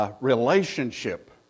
relationship